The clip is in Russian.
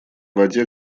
воде